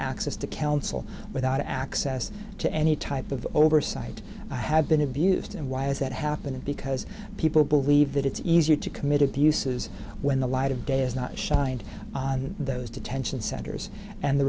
access to counsel without access to any type of oversight have been abused and why is that happening because people believe that it's easier to committed busa is when the light of day is not shined on those detention centers and the